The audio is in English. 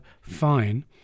fine